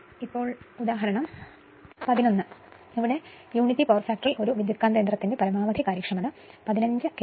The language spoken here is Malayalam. ഇപ്പോൾ ഉദാഹരണം 11 യൂണിറ്റി പവർ ഫാക്ടറിൽ ഒരു ട്രാൻസ്ഫോർമറിന്റെ പരമാവധി കാര്യക്ഷമത 15 KVAയിൽ 0